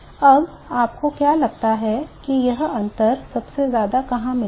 अब आपको क्या लगता है कि यह अंतर सबसे ज्यादा कहां होगा